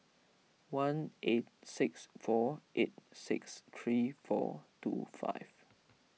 one eight six four eight six three four two five